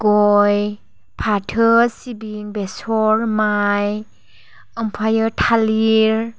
गय फाथो सिबिं बेसर माइ ओमफ्राय थालिर